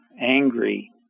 angry